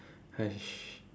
!hais!